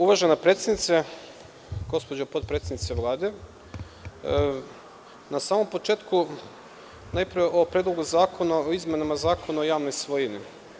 Uvažena predsednice, gospođo potpredsednice Vlade, na samom početku, prvo o Predlogu zakona o izmenama Zakona o javnoj svojini.